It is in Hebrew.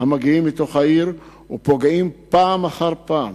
המגיעים מתוך העיר ופוגעים פעם אחר פעם